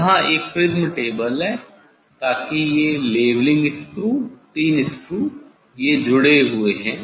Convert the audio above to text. यहाँ एक prism table है ताकि ये लेवलिंग स्क्रू तीन स्क्रू ये जुड़े हुए हैं